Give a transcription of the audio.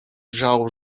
wrzało